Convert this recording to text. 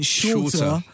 shorter